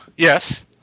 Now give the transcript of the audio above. Yes